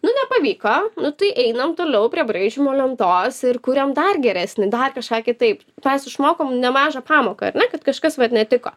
nu nepavyko nu tai einam toliau prie braižymo lentos ir kuriam dar geresnį dar kažką kitaip mes išmokom nemažą pamoką ar ne kad kažkas vat netiko